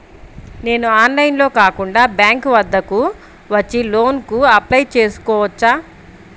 నేను ఆన్లైన్లో కాకుండా బ్యాంక్ వద్దకు వచ్చి లోన్ కు అప్లై చేసుకోవచ్చా?